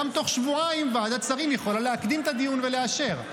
גם תוך שבועיים ועדת שרים יכולה להקדים את הדיון ולאשר.